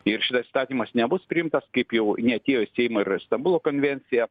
ir šitas įstatymas nebus priimtas kaip jau neatėjo į seimą ir stambulo konvencija